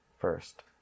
first